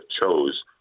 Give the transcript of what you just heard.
chose